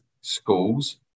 schools